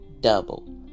double